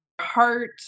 heart